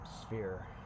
sphere